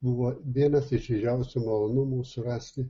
buvo vienas iš didžiausių malonumų surasti